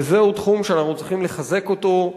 וזהו תחום שאנחנו צריכים לחזק אותו,